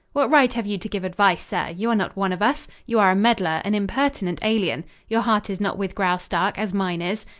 what right have you to give advice, sir? you are not one of us. you are a meddler an impertinent alien. your heart is not with graustark, as mine is.